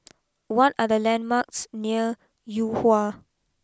what are the landmarks near Yuhua